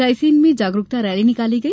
रायसेन में जागरूकता रैली निकाली गई